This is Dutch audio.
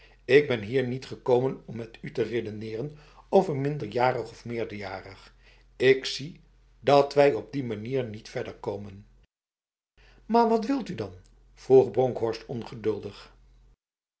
ik ben hier niet gekomen om met u te redeneren over minderjarig of meerderjarig ik zie dat wij op die manier niet verder komen maar wat wilt u dan vroeg bronkhorst ongeduldig